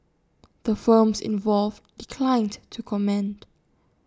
the firms involved declined to comment